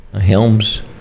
Helms